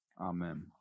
Amen